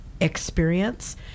experience